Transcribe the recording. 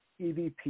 EVP